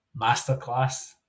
masterclass